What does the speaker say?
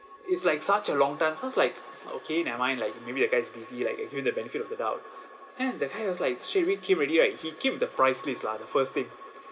it's like such a long time so I was like okay never mind like maybe the guy is busy like I give him the benefit of the doubt then that guy was like straight away came already right he gave the price list lah the first thing